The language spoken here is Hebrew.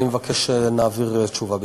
אני מבקש שנעביר תשובה בכתב.